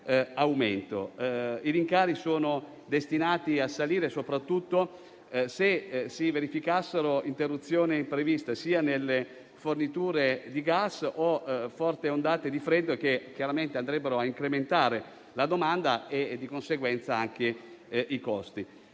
I rincari sono destinati a salire, soprattutto se si verificassero interruzioni impreviste nelle forniture di gas o forti ondate di freddo, che chiaramente andrebbero a incrementare la domanda e di conseguenza anche i costi.